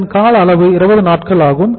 இதன் கால அளவு 20 நாட்களாகும்